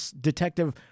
Detective